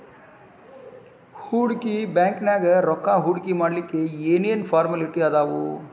ಹೂಡ್ಕಿ ಬ್ಯಾಂಕ್ನ್ಯಾಗ್ ರೊಕ್ಕಾ ಹೂಡ್ಕಿಮಾಡ್ಲಿಕ್ಕೆ ಏನ್ ಏನ್ ಫಾರ್ಮ್ಯಲಿಟಿ ಅದಾವ?